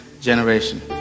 generation